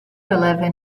eleven